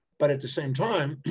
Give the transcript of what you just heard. but at the same time,